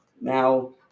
Now